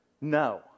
No